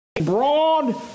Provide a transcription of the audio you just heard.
broad